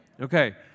Okay